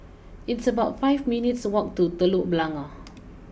it's about five minutes walk to Telok Blangah